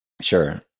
sure